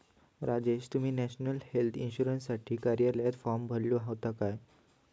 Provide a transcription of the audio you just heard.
राजेश, तुम्ही national health इन्शुरन्ससाठी कार्यालयात फॉर्म भरलो होतो काय?